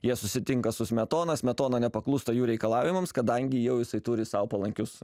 jie susitinka su smetona smetona nepaklūsta jų reikalavimams kadangi jau jisai turi sau palankius